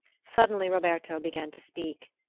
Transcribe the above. suddenly roberto began to speak.